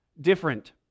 different